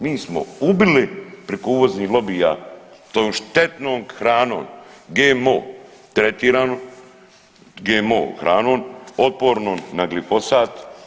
Mi smo ubili preko uvoznih lobija tom štetnom hranom, GMO tretiranu, GMO hranom otpornom na glifosat.